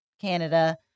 Canada